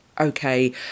okay